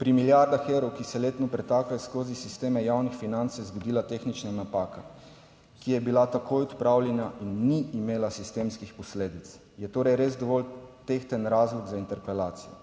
pri milijardah evrov, ki se letno pretakajo skozi sisteme javnih financ, se je zgodila tehnična napaka, ki je bila takoj odpravljena in ni imela sistemskih posledic. Je torej res dovolj tehten razlog za interpelacijo?